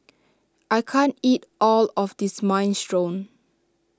I can't eat all of this Minestrone